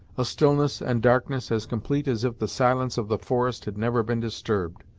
a stillness and darkness, as complete as if the silence of the forest had never been disturbed,